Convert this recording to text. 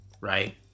right